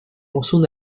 morceaux